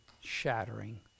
shattering